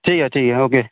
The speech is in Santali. ᱴᱷᱤᱠ ᱜᱮᱭᱟ ᱴᱷᱤᱠ ᱜᱮᱭᱟ ᱳᱠᱮ